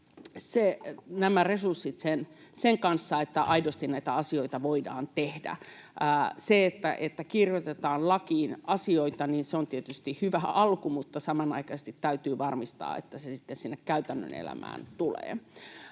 synkronissa sen kanssa, että aidosti näitä asioita voidaan tehdä. Se, että kirjoitetaan lakiin asioita, on tietysti hyvä alku, mutta samanaikaisesti täytyy varmistaa, että se sitten sinne käytännön elämään tulee.